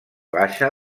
baixa